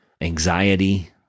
Anxiety